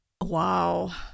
Wow